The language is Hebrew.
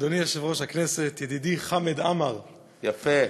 אדוני היושב-ראש ידידי חמד עמאר, יפה,